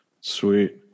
Sweet